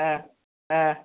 ആ ആ